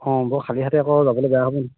অঁ বৰ খালী হাতে আকৌ যাবলৈ বেয়া হ'ব